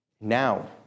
Now